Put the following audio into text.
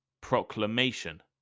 Proclamation